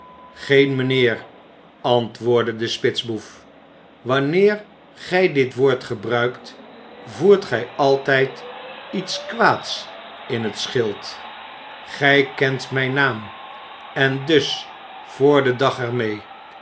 geen mijnheer antwoordde de spitsboef wanneer gij dit woord gebruikt voert gij altijd iets kwaads in t schild gij kent mijn naam en dus voor den dag er mee